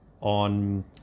on